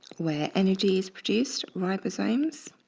where energy is produced, ribosomes.